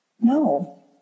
no